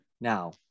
now